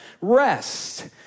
rest